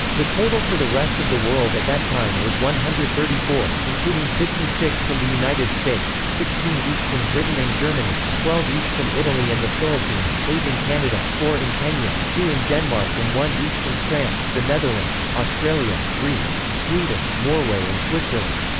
the total for the rest of the world at that time was one hundred and thirty four, including fifty six from the united states, sixteen each from britain and germany, twelve each from italy and the philippines, eight in canada, four in kenya, two in denmark and one each from france, the netherlands, australia, greece, sweden, norway and switzerland.